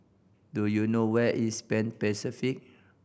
do you know where is Pan Pacific